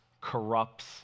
corrupts